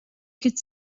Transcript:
could